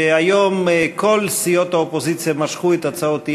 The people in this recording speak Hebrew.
שהיום כל סיעות האופוזיציה משכו את הצעות האי-אמון,